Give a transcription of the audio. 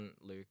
Luke